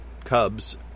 Cubs